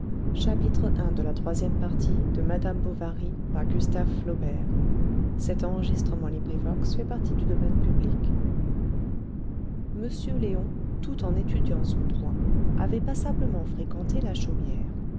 m léon tout en étudiant son droit avait passablement fréquenté la chaumière